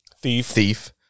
thief